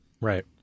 right